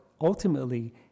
ultimately